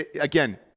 Again